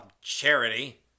charity